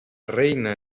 reina